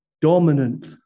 dominant